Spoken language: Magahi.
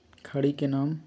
खड़ी के नाम?